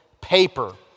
paper